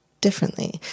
differently